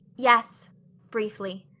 yes briefly.